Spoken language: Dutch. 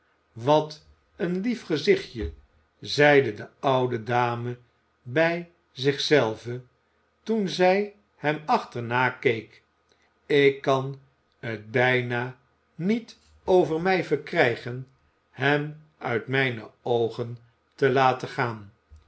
wat een lief gezichtje zeide de oude dame bij zich zelve toen zij hem achterna keek ik kan t bijna niet over mij verkrijgen hem uit mijne oogen te laten gaan